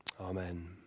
Amen